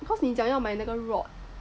because 你讲要买那个 rod